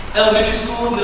elementary school,